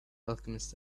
alchemist